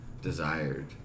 desired